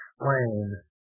explain